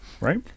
right